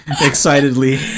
excitedly